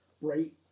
Right